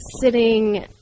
sitting